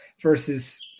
versus